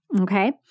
Okay